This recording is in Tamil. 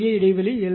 ஏ இடைவெளி எல்